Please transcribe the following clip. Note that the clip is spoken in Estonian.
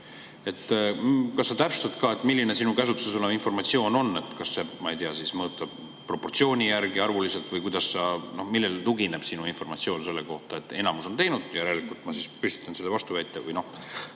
Kas sa täpsustad, milline sinu käsutuses olev informatsioon on? Kas, ma ei tea, mõõta proportsiooni järgi, arvuliselt, või kuidas? Millele tugineb sinu informatsioon selle kohta, et enamus on teinud? Järelikult ma siis püstitan selle vastuväite või